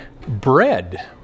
bread